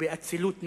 ובאצילות נפש.